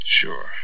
Sure